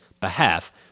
behalf—